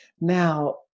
Now